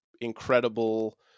incredible